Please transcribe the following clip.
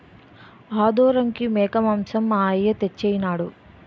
ఆదోరంకి మేకమాంసం మా అయ్య తెచ్చెయినాడు